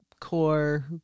core